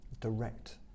direct